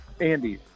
Andy